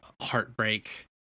heartbreak